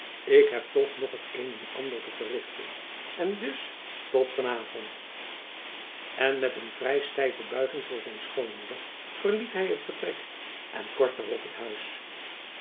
ik heb toch nog het een en ander te verrichten en dus tot van avond en met een vrij stijve buiging voor zijn schoonmoeder verliet hy het vertrek en kort daarop het huis